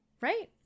Right